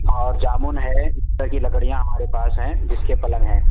اور جامن ہے اس طرح کی لکڑیاں ہمارے پاس ہیں جس کے پلنگ ہیں